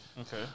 Okay